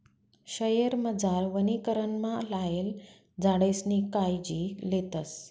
शयेरमझार वनीकरणमा लायेल झाडेसनी कायजी लेतस